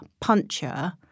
puncher